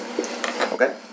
Okay